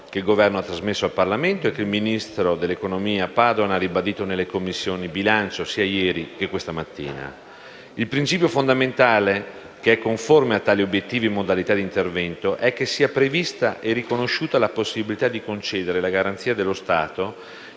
Il principio fondamentale, conforme a tali obiettivi e modalità di intervento, è che sia prevista e riconosciuta la possibilità di concedere la garanzia dello Stato